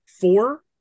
four